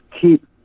keep